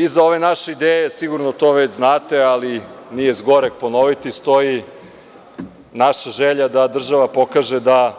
Iza ove naše ideje, sigurno to već znate, ali nije zgoreg ponoviti, postoji naša želja da država pokaže da